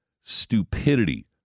stupidity